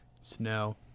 snow